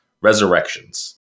Resurrections